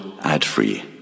ad-free